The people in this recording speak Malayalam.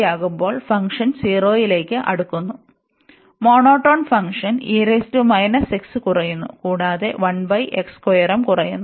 യാകുമ്പോൾ ഫംഗ്ഷൻ 0ലേക്ക് അടുക്കുന്നു മോണോടോൺ ഫംഗ്ഷൻ കുറയുന്നു കൂടെ ഉം കുറയുന്നു